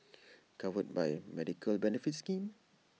covered by A medical benefits scheme